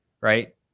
right